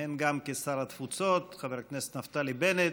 המכהן גם כשר התפוצות, חבר הכנסת נפתלי בנט.